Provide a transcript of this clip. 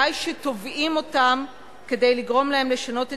די שתובעים אותם כדי לגרום להם לשנות את